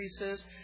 increases